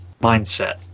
mindset